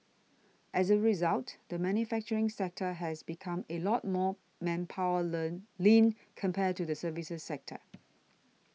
as a result the manufacturing sector has become a lot more manpower len lean compared to the services sector